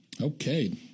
Okay